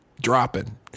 dropping